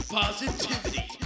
positivity